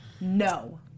no